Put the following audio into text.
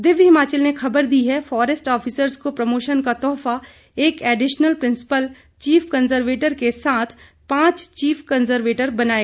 दिव्य हिमाचल ने खबर दी है फोरेस्ट ऑफिसर्ज को प्रमोशन का तोहफा एक एडीशनल प्रिंसीपल चीफ कंजरवेटर के साथ पांच चीफ कंजरवेटर बनाए